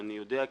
ואני יודע,